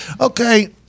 okay